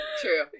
True